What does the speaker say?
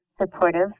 supportive